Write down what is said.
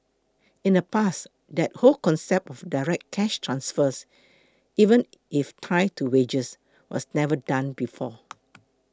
in the past that whole concept of direct cash transfers even if tied to wages was never done before